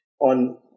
on